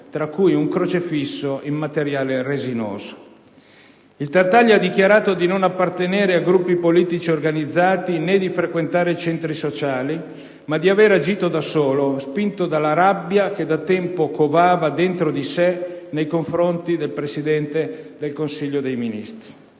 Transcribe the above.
tra cui un crocifisso in materiale resinoso. Il Tartaglia ha dichiarato di non appartenere a gruppi politici organizzati né di frequentare centri sociali, ma di aver agito da solo, spinto dalla rabbia che da tempo covava dentro di sé nei confronti del Presidente del Consiglio dei ministri.